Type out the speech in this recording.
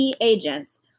agents